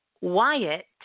Wyatt